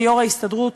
כיושב-ראש ההסתדרות,